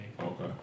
okay